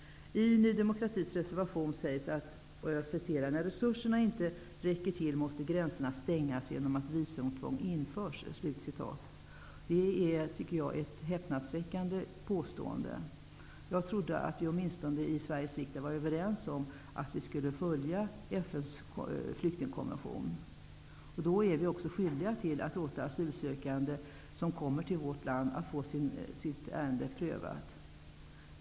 I Ny demokratis reservation sägs det: ''När resurserna inte räcker till måste gränserna stängas genom att visumtvång införs.'' Det är ett häpnadsväckande påstående. Jag trodde att vi i Sveriges riksdag åtminstone var överens om att följa FN:s flyktingkonvention. Då är vi också skyldiga att låta asylsökande som kommer till vårt land få sina ärenden prövade.